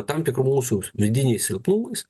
tam tikru mūsų vidiniai silpnumais